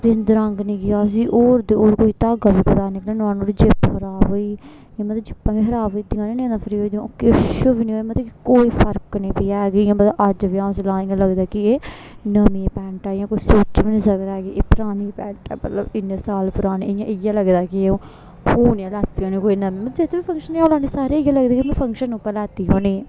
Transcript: बिंद रंग नी गेआ उसी होर ते होर कोई धागा बी नी निकलेआ नां नुहाड़ी जिप खराब होई मतलब जिपां बी खराब होई जंदियां नी नेईं तां फ्री होई जंदियां किश बी नी होएआ मतलब कोई फर्क नी पेआ ऐ कि इयां मतलब अज्ज बी आ'ऊं उसी लां ते इ'यां लगदा कि एह् नमीं पैंट ऐ इ'यां कोई सोची बी नी सकदा ऐ कि एह् परानी पैंट ऐ मतलब इ'न्ने साल पराने इ'यां इ'यै लगदा कि हून गै लैती होनी कोई नमीं मतलब आ'ऊं जित बी फक्शनें अ'ऊं लान्नी सारे इ'यै लगदा कि में फक्शन उप्पर लैती होनी